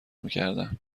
میکردن